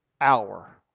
hour